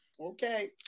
okay